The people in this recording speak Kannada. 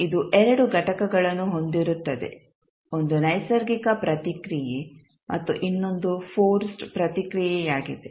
ಇದು ಎರಡು ಘಟಕಗಳನ್ನು ಹೊಂದಿರುತ್ತದೆ ಒಂದು ನೈಸರ್ಗಿಕ ಪ್ರತಿಕ್ರಿಯೆ ಮತ್ತು ಇನ್ನೊಂದು ಫೋರ್ಸ್ಡ್ ಪ್ರತಿಕ್ರಿಯೆಯಾಗಿದೆ